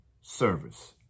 service